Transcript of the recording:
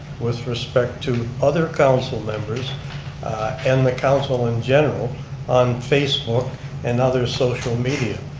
with respect to other council members and the council in general on facebook and other social media.